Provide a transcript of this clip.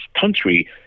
country